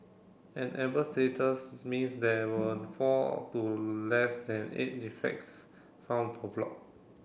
an amber status means there were four to less than eight defects found per block